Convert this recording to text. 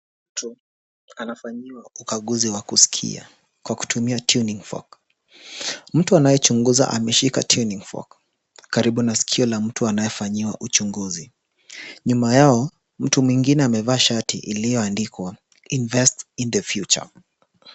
Mtu anafanyiwa ukaguzi wa kusikia kwa kutumia tuning fork . Mtu anayechunguza ameshika tuning fork karibu na sikio la mtu anayefanyiwa uchunguzi. Nyuma yao mtu mwingine amevaa shati iliyoandikwa invest in the future .